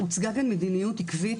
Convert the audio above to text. הוצגה כאן מדיניות עקבית,